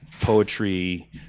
Poetry